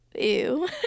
ew